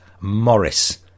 Morris